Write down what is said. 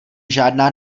žádná